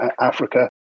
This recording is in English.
Africa